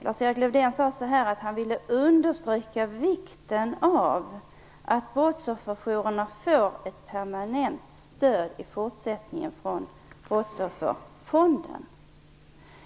Lars-Erik Lövdén sade att han ville understryka vikten av att brottsofferjourerna får ett permanent stöd i fortsättningen från Brottsofferfonden.